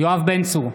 יואב בן צור,